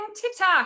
TikTok